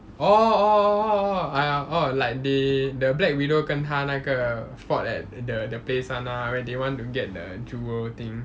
orh orh orh like they the black widow 跟他那个 fought at in the the base [one] ah when they want to get the jewel thing